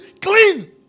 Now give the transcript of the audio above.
Clean